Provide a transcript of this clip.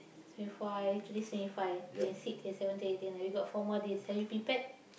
twenty five today's twenty five twenty six twenty seven twenty eight twenty nine we got four more days have you prepared